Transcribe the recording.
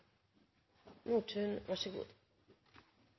– Vær så god.